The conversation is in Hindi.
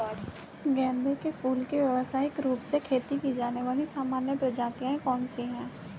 गेंदे के फूल की व्यवसायिक रूप से खेती की जाने वाली सामान्य प्रजातियां कौन सी है?